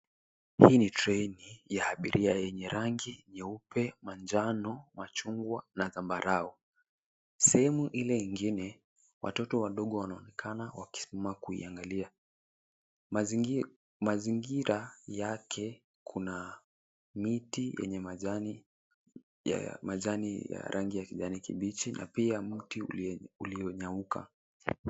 Hii ni treni ya abiria yenye rangi nyeupe, manjano, machungwa na zambarau. Sehemu ile ingine watoto wadogo wanaonekana wakisimama kuingalia. Mazingira yake kuna miti yenye majani ya rangi ya kijani kibichi na pia mti uliyonyauka.